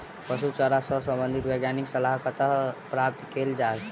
पशु चारा सऽ संबंधित वैज्ञानिक सलाह कतह सऽ प्राप्त कैल जाय?